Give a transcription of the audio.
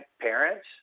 parents